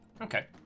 Okay